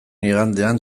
igandean